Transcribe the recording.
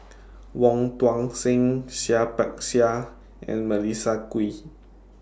Wong Tuang Seng Seah Peck Seah and Melissa Kwee